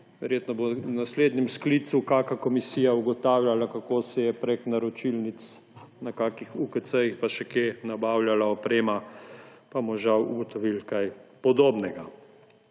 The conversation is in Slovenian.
Verjetno bo v naslednjem sklicu kakšna komisija ugotavljala, kako se je prek naročilnic na kakšnih UKC-jih in še kje nabavljala oprema, pa bomo žal ugotovili kaj podobnega.